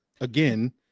again